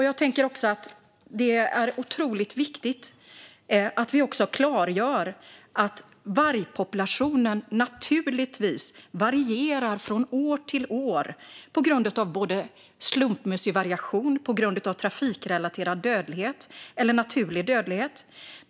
Jag tänker att det är otroligt viktigt att vi också klargör att vargpopulationen naturligtvis varierar från år till år på grund av slumpmässig variation, trafikrelaterad dödlighet eller naturlig dödlighet.